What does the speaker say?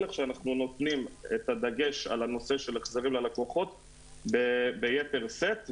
לך שאנחנו נותנים את הדגש על הנושא של החזרים ללקוחות בייתר שאת,